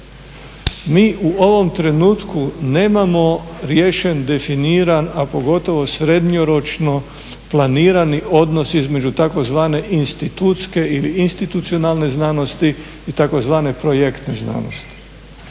Mi u ovom trenutku nemamo riješen, definiran, a pogotovo srednjoročno planirani odnos između tzv. institutske ili institucionalne znanosti i tzv. projektne znanosti